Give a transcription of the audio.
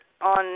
on